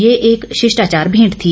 ये एक शिष्टाचार भेंट थी